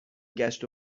گشت